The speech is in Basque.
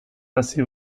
hazi